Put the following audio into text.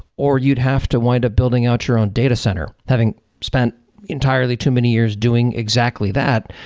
or you'd have to wind up building out your own data center. having spent entirely too many years doing exactly that,